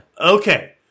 Okay